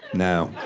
no.